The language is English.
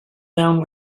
down